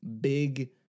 big